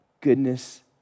goodness